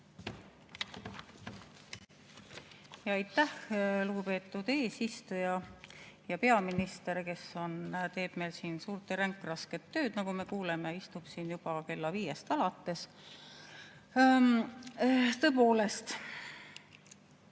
Aitäh, lugupeetud eesistuja! Hea peaminister, kes teeb siin suurt ja ränkrasket tööd, nagu me kuuleme, istub siin juba kella viiest alates. Tõepoolest,